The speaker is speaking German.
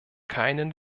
keinen